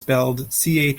spelled